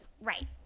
Right